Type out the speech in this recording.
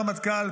הרמטכ"ל,